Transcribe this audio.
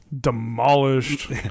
demolished